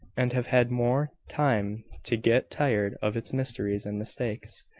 and have had more time to get tired of its mysteries and mistakes.